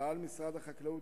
פעל משרד החקלאות,